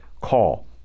call